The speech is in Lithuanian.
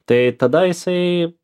tai tada jisai